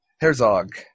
Herzog